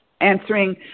answering